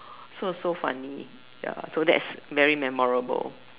so so funny ya so that's very memorable